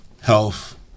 health